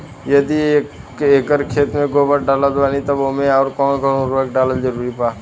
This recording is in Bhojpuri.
यदि एक एकर खेत मे गोबर डालत बानी तब ओमे आउर् कौन कौन उर्वरक डालल जरूरी बा?